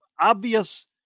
obvious